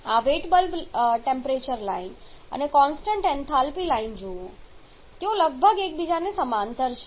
આ wet bulb temperature line અને constant enthalpy line જુઓ તેઓ લગભગ એકબીજાની સમાંતર છે